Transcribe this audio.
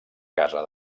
casa